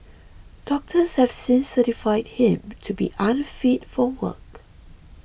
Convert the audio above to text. doctors have since certified him to be unfit for work